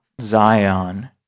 Zion